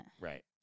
Right